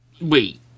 Wait